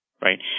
right